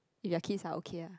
if we're kids are okay lah